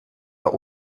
der